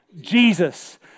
Jesus